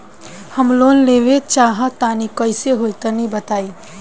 हम लोन लेवल चाहऽ तनि कइसे होई तनि बताई?